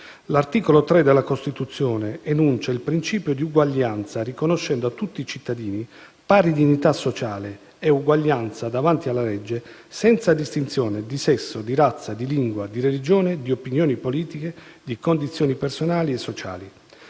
L'articolo 3 della Costituzione enuncia il principio di uguaglianza, riconoscendo a tutti i cittadini pari dignità sociale e uguaglianza: «davanti alla legge, senza distinzione di sesso, di razza, di lingua, di religione, di opinioni politiche, di condizioni personali e sociali».